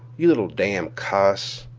you little damn' cuss.